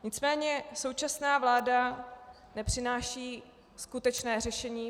Nicméně současná vláda nepřináší skutečné řešení.